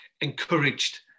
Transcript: encouraged